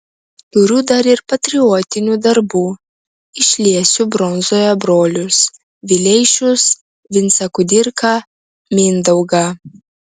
turiu dar ir patriotinių darbų išliesiu bronzoje brolius vileišius vincą kudirką mindaugą